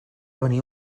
venia